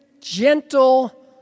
gentle